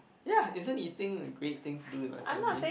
ya isn't eating a great thing to do with like family